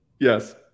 Yes